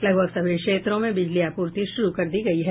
लगभग सभी क्षेत्रों में बिजली आपूर्ति शुरू कर दी गयी है